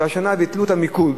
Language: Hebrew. השנה ביטלו את המיקוד,